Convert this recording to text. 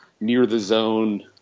near-the-zone